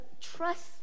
trust